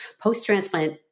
post-transplant